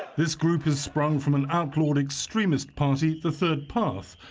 this group has sprung from an outlawed extremist party, the third path,